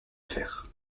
fer